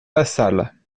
lassalle